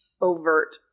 overt